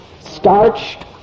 starched